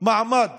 מעמד